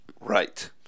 Right